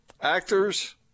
Actors